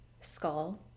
skull